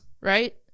Right